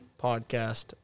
Podcast